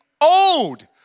old